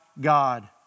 God